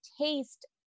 taste